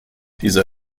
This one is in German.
dieser